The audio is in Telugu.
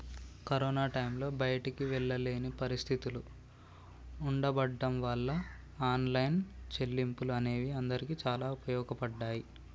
కరోనా టైంలో బయటికి వెళ్ళలేని పరిస్థితులు ఉండబడ్డం వాళ్ళ ఆన్లైన్ చెల్లింపులు అనేవి అందరికీ చాలా ఉపయోగపడ్డాయి